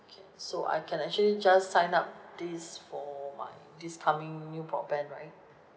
can so I can actually just sign up this for my this coming new broadband right